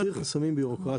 להסיר חסמים בירוקרטיים.